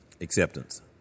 Acceptance